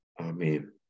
Amen